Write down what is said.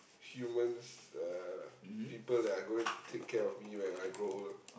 humans uh people that are going to take care of me when I grow old